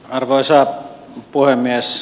arvoisa puhemies